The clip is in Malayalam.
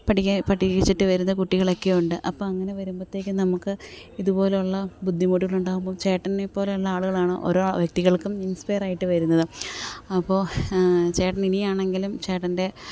പഠിക്കാൻ പഠിച്ചിട്ട് വരുന്ന കുട്ടികളൊക്കെയുണ്ട് അപ്പോൾ അങ്ങനെ വരുമ്പോഴ്ത്തേക്കും നമുക്ക് ഇതുപോലെയുള്ള ബുദ്ധിമുട്ടുകളുണ്ടാകുമ്പം ചേട്ടനെ പോലുള്ള ആളുകളാണ് ഓരോ വ്യക്തികൾക്കും ഇൻസ്പൈർ ആയിട്ട് വരുന്നത് അപ്പോൾ ചേട്ടൻ ഇനിയാണെങ്കിലും ചേട്ടൻ്റെ